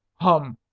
hum!